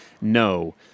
No